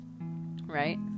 right